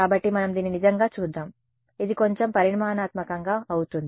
కాబట్టి మనం దీన్ని నిజంగా చూద్దాం ఇది కొంచెం పరిమాణాత్మకంగా అవుతుంది